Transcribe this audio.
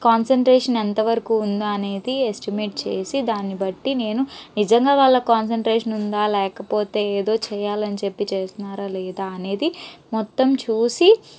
concentration ఎంత వరకు ఉందా అనేది ఎస్టిమేట్ చేసి దాన్ని బట్టి నేను నిజంగా వాళ్ళ కాన్సన్ట్రేషన్ ఉందా లేకపోతే ఏదో చేయ్యాలని చెప్పి చేస్తున్నారా లేదా అనేది మొత్తం చూసి